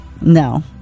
No